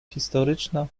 historyczna